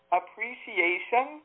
appreciation